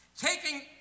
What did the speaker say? taking